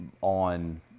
on